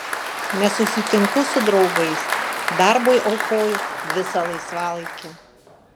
nesusitinku su draugais darbui aukoju visą laisvalaikį